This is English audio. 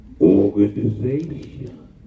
Organization